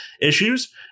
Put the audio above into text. issues